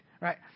right